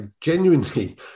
genuinely